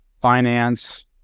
finance